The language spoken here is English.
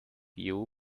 you